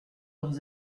leurs